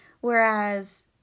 Whereas